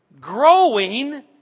growing